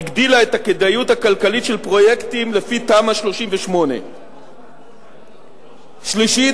היא הגדילה את הכדאיות הכלכלית של פרויקטים לפי תמ"א 38. שלישית,